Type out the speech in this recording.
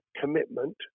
commitment